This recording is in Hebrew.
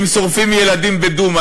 אם שורפים ילדים בדומא,